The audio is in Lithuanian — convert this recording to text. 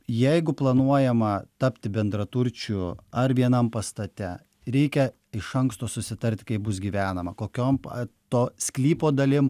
jeigu planuojama tapti bendraturčiu ar vienam pastate reikia iš anksto susitarti kaip bus gyvenama kokiom po to sklypo dalim